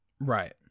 Right